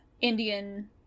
Indian